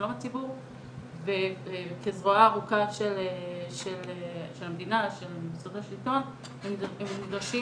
על שלום הציבור וכזרוע ארוכה של המדינה וסדרי שלטון שנדרשים